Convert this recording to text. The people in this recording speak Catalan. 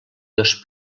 dos